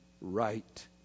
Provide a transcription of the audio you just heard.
right